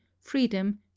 freedom